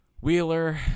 wheeler